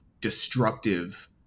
destructive